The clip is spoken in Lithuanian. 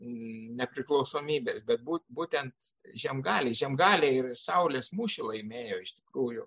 nepriklausomybės bet būt būtent žiemgaliai žiemgaliai ir saulės mūšį laimėjo iš tikrųjų